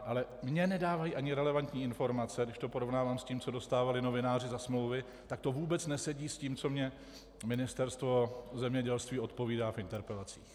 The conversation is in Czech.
Ale mně nedávají ani relevantní informace, když to porovnávám s tím, co dostávali novináři za smlouvy, tak to vůbec nesedí s tím, co mi Ministerstvo zemědělství odpovídá v interpelacích.